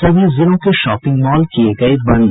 सभी जिलों के शॉपिंग मॉल किये गये बंद